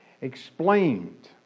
explained